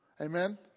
Amen